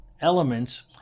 elements